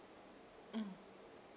mm